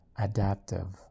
adaptive